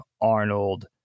Arnold